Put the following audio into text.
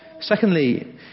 Secondly